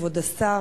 כבוד השר,